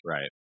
Right